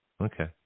Okay